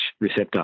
receptor